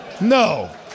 No